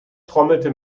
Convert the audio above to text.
trommelte